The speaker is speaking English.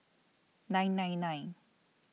nine nine nine